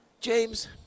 James